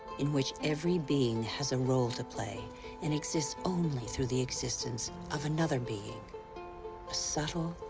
in which every being has a role to play and exists only through the existence of another being. a subtle,